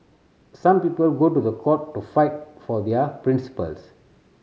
some people go to the court to fight for their principles